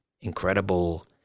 incredible